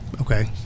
okay